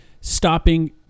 stopping